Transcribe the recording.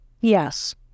Yes